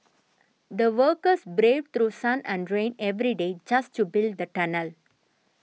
the workers braved through sun and rain every day just to build the tunnel